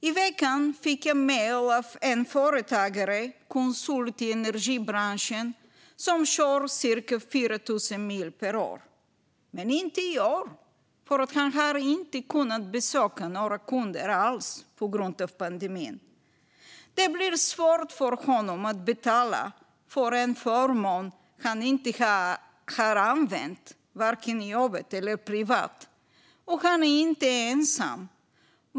I veckan fick jag mejl av en företagare, konsult i energibranschen. Han kör i vanliga fall cirka 4 000 mil per år, men inte i år, för han har inte kunnat besöka några kunder alls på grund av pandemin. Det blir svårt för honom att betala för en förmån han inte har använt vare sig i jobbet eller privat. Och han är inte ensam.